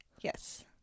Yes